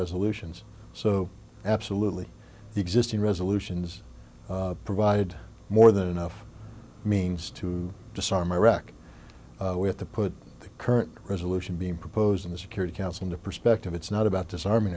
resolutions so absolutely the existing resolutions provided more than enough means to disarm iraq with the put the current resolution being proposed in the security council into perspective it's not about disarming